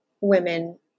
women